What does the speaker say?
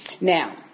Now